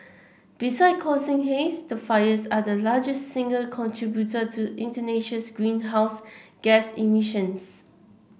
beside causing haze the fires are the largest single contributor to Indonesia's greenhouse gas emissions